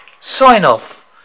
Sign-off